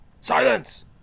Silence